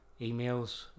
emails